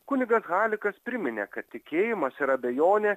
kunigas halikas priminė kad tikėjimas ir abejonė